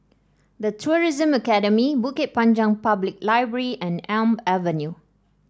The Tourism Academy Bukit Panjang Public Library and Elm Avenue